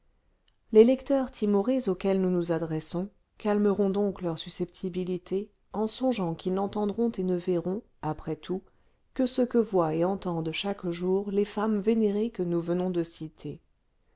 les lecteurs timorés auxquels nous nous adressons calmeront donc leur susceptibilité en songeant qu'ils n'entendront et ne verront après tout que ce que voient et entendent chaque jour les femmes vénérées que nous venons de citer